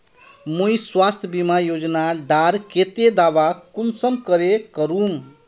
मुई स्वास्थ्य बीमा योजना डार केते दावा कुंसम करे करूम?